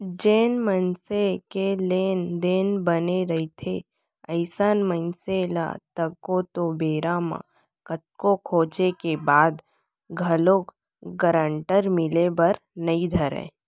जेन मनसे के लेन देन बने रहिथे अइसन मनसे ल तको तो बेरा म कतको खोजें के बाद घलोक गारंटर मिले बर नइ धरय